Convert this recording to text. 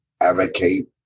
advocate